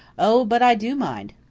oh, but i do mind,